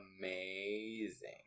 amazing